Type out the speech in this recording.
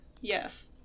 Yes